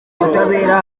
butabera